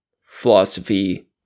philosophy